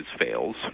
fails